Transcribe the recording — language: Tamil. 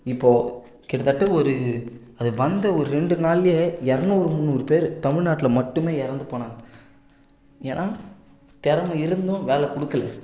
இப்போ கிட்டத்தட்ட ஒரு அது வந்த ஒரு ரெண்டு நாள்லயே இரநூறு முந்நூறு பேர் தமிழ்நாட்டுல மட்டுமே இறந்துபோனாங்க ஏன்னா திறமை இருந்தும் வேலை கொடுக்கல